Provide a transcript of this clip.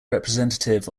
representative